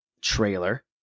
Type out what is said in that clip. trailer